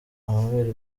amabere